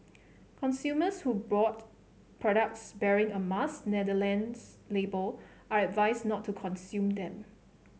consumers who brought products bearing a Mars Netherlands label are advised not to consume them